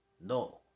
No